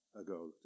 ago